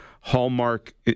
hallmark